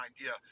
idea